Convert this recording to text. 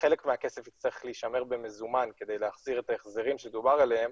חלק מהכסף יצטרך להישמר במזומן כדי להחזיר את ההחזרים שדובר עליהם